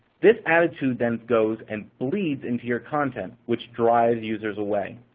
this attitude then goes and bleeds into your content, which drives users away.